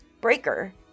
Breaker